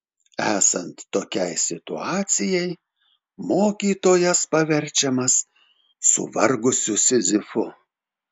esant tokiai situacijai mokytojas paverčiamas suvargusiu sizifu